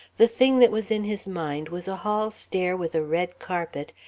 the thing that was in his mind was a hall stair with a red carpet,